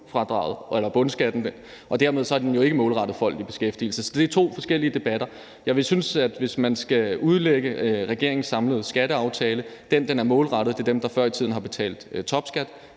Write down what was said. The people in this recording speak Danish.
og dermed er den jo ikke målrettet folk i beskæftigelse. Så det er to forskellige debatter. Jeg vil sige, at hvis man skal udlægge regeringens samlede skatteaftale, er den målrettet dem, der før i tiden har betalt topskat,